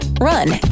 run